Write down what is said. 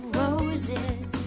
roses